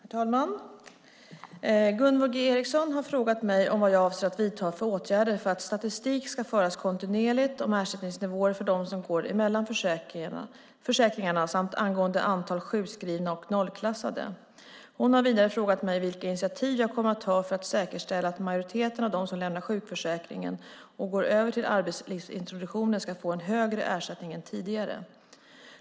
Herr talman! Gunvor G Ericson har frågat mig vad jag avser att vidta för åtgärder för att statistik ska föras kontinuerligt om ersättningsnivåer för dem som går emellan försäkringarna samt angående antal sjukskrivna och nollklassade. Hon har vidare frågat mig vilka initiativ jag kommer att ta för att säkerställa att majoriteten av dem som lämnar sjukförsäkringen och går över till arbetslivsintroduktionen ska få en högre ersättning än tidigare.